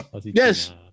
Yes